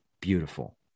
Beautiful